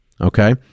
Okay